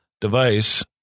device